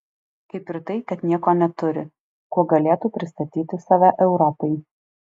kaip ir tai kad nieko neturi kuo galėtų pristatyti save europai